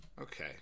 Okay